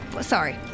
sorry